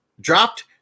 dropped